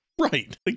Right